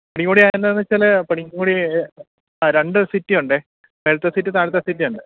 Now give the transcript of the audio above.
പണിക്കും കുടി അത് എന്നാന്ന് വെച്ചാൽ പണിക്കും കുടി ആ രണ്ട് സിറ്റിയൊണ്ടേ വലത്ത് സിറ്റി താഴത്തെ സിറ്റിയൊണ്ട്